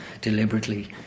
deliberately